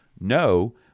No